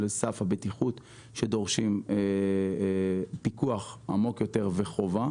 סף הבטיחות שדורשים פיקוח עמוק יותר וחובה.